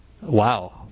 Wow